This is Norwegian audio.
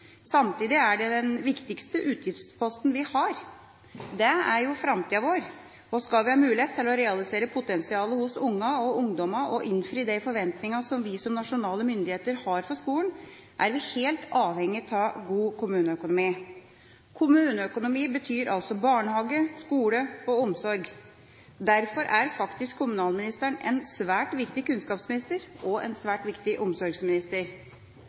Samtidig er det den viktigste utgiftsposten vi har – den er jo framtida vår. Skal vi ha mulighet til å realisere potensialet hos barna og ungdommene og innfri de forventingene som vi som nasjonale myndigheter har til skolen, er vi helt avhengig av god kommuneøkonomi. Kommuneøkonomi betyr altså barnehage, skole og omsorg. Derfor er faktisk kommunalministeren en svært viktig kunnskapsminister og en svært viktig omsorgsminister.